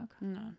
No